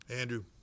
Andrew